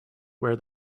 where